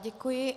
Děkuji.